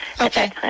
Okay